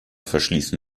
verschließen